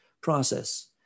process